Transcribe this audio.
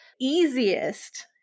easiest